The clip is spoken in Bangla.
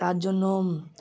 তার জন্য